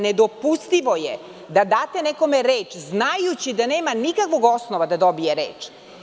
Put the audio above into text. Nedopustivo je da date nekome reč znajući da nema nikakvog osnova da dobije reč.